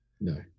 No